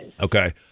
Okay